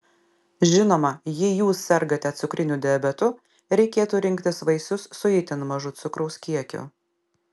žinoma jei jūs sergate cukriniu diabetu reikėtų rinktis vaisius su itin mažu cukraus kiekiu